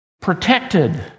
protected